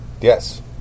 Yes